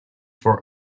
for